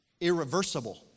irreversible